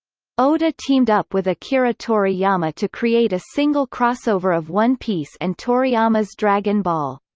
oda teamed up with akira toriyama to create a single crossover of one piece and toriyama's dragon ball.